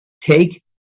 take